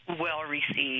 well-received